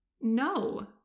No